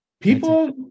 People